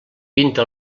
pinta